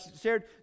shared